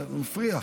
זה מפריע.